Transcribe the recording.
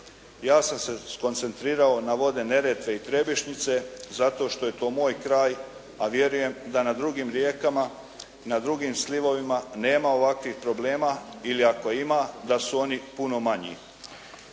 Ja sam se skoncentrirao na vode Neretve i Trebišnjice zato što je to moj kraj, a vjerujem da na drugim rijekama, na drugim slivovima nema ovakvih problema ili ako ima da su oni puno manje.